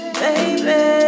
baby